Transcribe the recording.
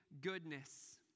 goodness